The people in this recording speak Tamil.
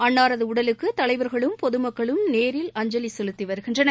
அன்னாரது உடலுக்கு தலைவர்களும் பொது மக்களும் நேரில் அஞ்சலி செலுத்தி வருகின்றனர்